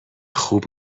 خوب